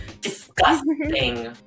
Disgusting